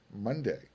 Monday